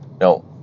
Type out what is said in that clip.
No